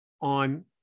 on